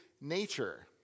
nature